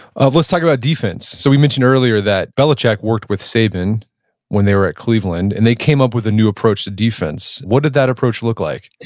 let's talk about defense. so we mentioned earlier that belichick worked with saban when they were at cleveland and they came up with a new approach to defense. what did that approach look like?